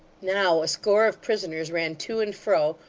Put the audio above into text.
now a score of prisoners ran to and fro,